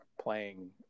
playing